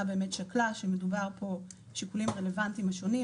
באמת שקלה שמדובר פה בשיקולים רלוונטיים ראשוניים,